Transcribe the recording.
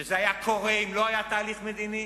שזה היה קורה אם לא היה תהליך מדיני?